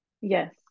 Yes